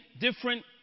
different